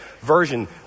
version